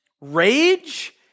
rage